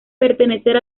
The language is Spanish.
pertenecer